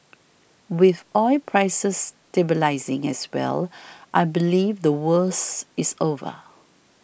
with oil prices stabilising as well I believe the worst is over